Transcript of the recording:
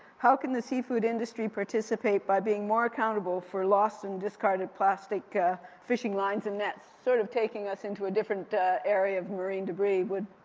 how can the seafood industry participate by being more accountable for loss and discarded plastic ah fishing lines and nets? sort of taking us into a different area of marine debris. would.